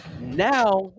now